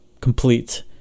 complete